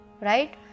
right